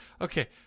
Okay